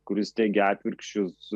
kuris teigia atvirkščius